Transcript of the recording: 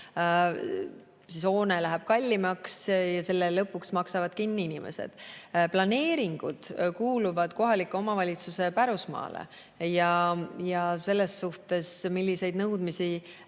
siis hoone läheb kallimaks ja selle lõpuks maksavad kinni inimesed. Planeeringud kuuluvad kohaliku omavalitsuse pärusmaale ja selles suhtes, milliseid nõudmisi